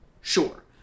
Sure